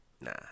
Nah